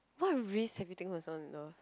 what risk have you taken on someone you love